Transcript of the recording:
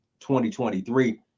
2023